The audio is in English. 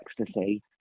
ecstasy